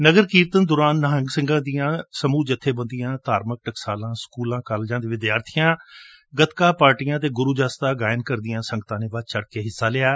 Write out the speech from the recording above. ਨਗਰ ਕੀਰਤਨ ਦੌਰਾਨ ਨਿਹੰਗ ਸਿੰਘਾਂ ਦੀਆਂ ਸਮੁਹ ਜਬੇਬੰਦੀਆਂ ਧਾਰਮਿਕ ਟਕਸਾਲਾਂ ਸਕੁਲਾਂ ਕਾਲਜਾਂ ਦੇ ਵਿਦਿਆਰਬੀਆਂ ਗੱਤਕਾ ਪਾਰਟੀਆਂ ਅਤੇ ਗੁਰੁ ਜੋਸ ਦਾ ਗਾਨ ਕਰਦਿਆਂ ਸੰਗਤਾਂ ਨੇ ਵਧ ਚੜ ਕੇ ਹਿਸਾ ਲਿਆ